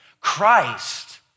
Christ